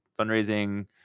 fundraising